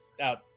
out